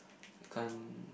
can't